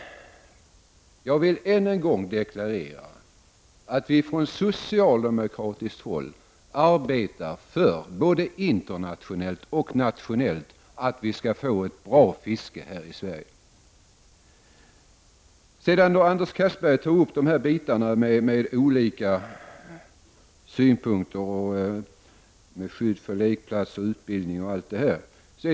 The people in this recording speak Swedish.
Jag vill än en gång deklarera att vi från socialdemokratiskt håll arbetar både internationellt och nationellt för att vi skall få ett bra fiske här i Sverige. Anders Castberger tog upp olika synpunkter, skydd för lekplatser och frågan om utbildning.